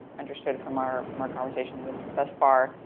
understood from our from our conversation thus far,